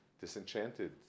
disenchanted